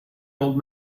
old